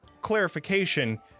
clarification